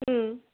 হুম